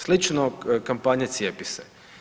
Slično kampanji „Cijepi se“